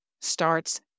starts